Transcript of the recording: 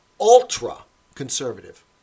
ultra-conservative